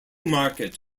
market